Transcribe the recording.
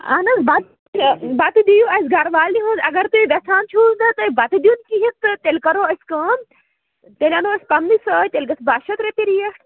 اہن حظ بَتہٕ بَتہٕ دِیِو اَسہِ گَرٕ والنی ہُنٛد اَگر تُہۍ یژھان چھُو نہٕ تُہۍ بَتہٕ دیُن کِہیٖنۍ تہٕ تیٚلہِ کَرو أسۍ کٲم تیٚلہِ اَنو أسۍ پنٛنُے سۭتۍ تیٚلہِ گژھِ بَہہ شیٚتھ رۄپیہِ ریٹ